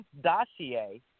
dossier